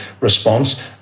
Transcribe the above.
response